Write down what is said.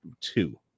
two